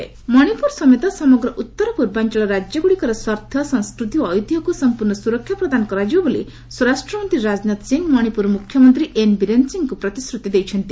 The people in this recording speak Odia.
ରାଜନାଥ ମଣିପୁର ମଣିପ୍ରର ସମେତ ସମଗ୍ର ଉତ୍ତରପର୍ବାଞ୍ଚଳ ରାଜ୍ୟଗ୍ରଡ଼ିକର ସ୍ୱାର୍ଥ ସଂସ୍କୃତି ଓ ଐତିହ୍ୟକ୍ ସମ୍ପର୍ଣ୍ଣ ସ୍ୱରକ୍ଷା ପ୍ରଦାନ କରାଯିବ ବୋଲି ସ୍ୱରାଷ୍ଟ୍ର ମନ୍ତ୍ରୀ ରାଜନାଥ ସିଂହ ମଣିପୁର ମୁଖ୍ୟମନ୍ତ୍ରୀ ଏନ୍ ବୀରେନ୍ ସିଂହଙ୍କୁ ପ୍ରତିଶ୍ରତି ଦେଇଛନ୍ତି